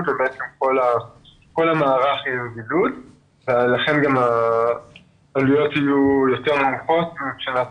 ובעצם כל המערך יהיה בבידוד ולכן העלויות יהיו יותר נמוכות מבחינת